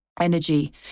energy